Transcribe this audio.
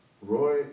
Roy